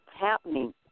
happening